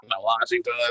Washington